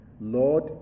Lord